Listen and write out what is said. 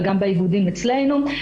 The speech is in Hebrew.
וגם באיגודים אצלנו,